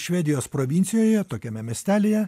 švedijos provincijoje atokiame miestelyje